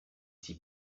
s’y